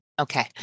okay